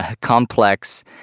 complex